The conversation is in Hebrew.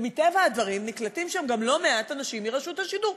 ומטבע הדברים נקלטים שם גם לא מעט אנשים מרשות השידור,